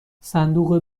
صندوق